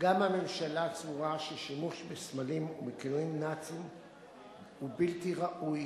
גם הממשלה סבורה ששימוש בסמלים ובכינויים נאציים הוא בלתי ראוי,